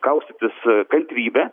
kaustytis kantrybe